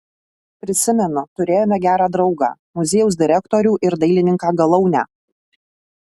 prisimenu turėjome gerą draugą muziejaus direktorių ir dailininką galaunę